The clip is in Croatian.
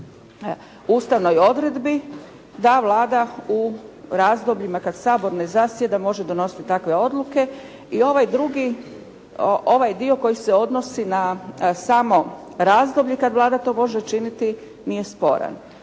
na ustavnoj odredbi da Vlada u razdobljima kad Sabor ne zasjeda može donositi takve odluke i ovaj drugi, ovaj dio koji se odnosi na samo razdoblje kad Vlada to može činiti nije sporan.